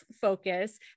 focus